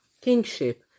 kingship